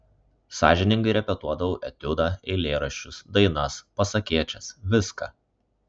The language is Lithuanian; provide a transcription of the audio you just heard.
sąžiningai repetuodavau etiudą eilėraščius dainas pasakėčias viską